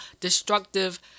destructive